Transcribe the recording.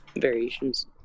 variations